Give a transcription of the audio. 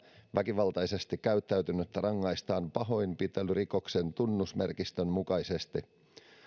väkivaltaisesti käyttäytynyttä rangaistaan pahoinpitelyrikoksen tunnusmerkistön mukaisesti